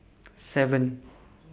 seven